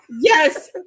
Yes